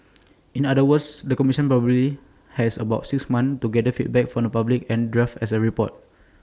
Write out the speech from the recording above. in other words the commission probably has about six months to gather feedback from the public and draft as A report